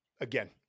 again